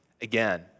again